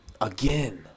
Again